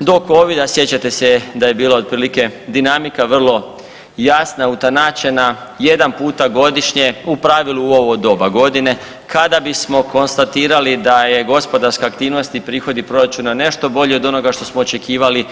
do covida sjećate se da je bilo otprilike dinamika vrlo jasna utanačena, jedan puta godišnje u pravilu u ovo doba godine kada bismo konstatirali da je gospodarska aktivnost i prihodi proračuna nešto bolji od onoga što smo očekivali.